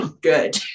Good